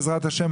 בעזרת השם,